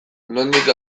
nondik